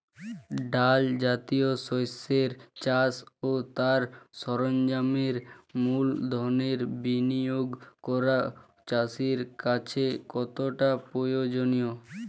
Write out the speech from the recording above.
ডাল জাতীয় শস্যের চাষ ও তার সরঞ্জামের মূলধনের বিনিয়োগ করা চাষীর কাছে কতটা প্রয়োজনীয়?